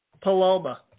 Paloma